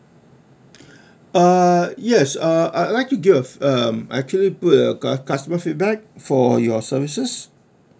uh yes uh I'd like to give a uh um actually put a cu~ customer feedback for your services